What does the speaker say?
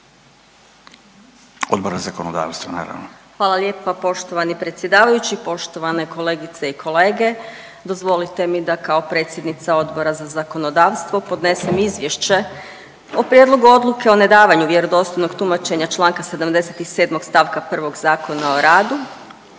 Odbora za zakonodavstvo naravno. **Jelkovac, Marija (HDZ)** Hvala lijepa poštovani predsjedavajući. Poštovane kolegice i kolege, dozvolite mi da kao predsjednica Odbora za zakonodavstvo podnesem izvješće o Prijedlogu Odluke o nedavanju vjerodostojnog tumačenja Članka 77. stavka 1. Zakona o radu